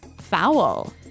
foul